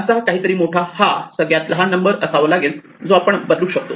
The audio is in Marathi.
असा काहीतरी मोठा हा सगळ्यात लहान नंबर असावा लागेल जो आपण बदलू शकतो